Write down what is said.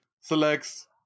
selects